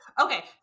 Okay